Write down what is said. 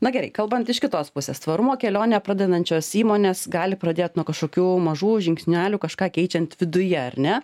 na gerai kalbant iš kitos pusės tvarumo kelionę pradedančios įmonės gali pradėt nuo kažkokių mažų žingsnelių kažką keičiant viduje ar ne